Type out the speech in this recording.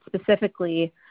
specifically